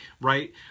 right